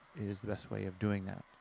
is the best way of doing that.